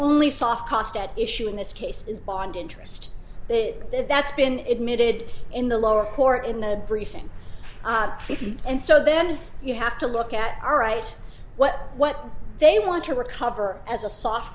only soft cost at issue in this case is bond interest that's been admitted in the lower court in the briefing and so then you have to look at all right what what they want to recover as a soft